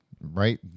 Right